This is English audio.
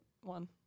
one